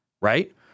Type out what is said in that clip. Right